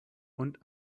und